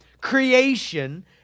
creation